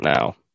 now